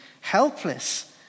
helpless